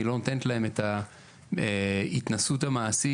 היא לא נותנת להם את ההתנסות המעשית,